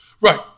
Right